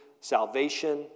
salvation